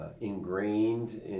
ingrained